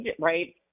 right